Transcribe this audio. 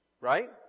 Right